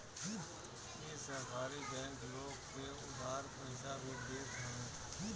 इ सहकारी बैंक लोग के उधार पईसा भी देत हवे